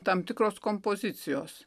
tam tikros kompozicijos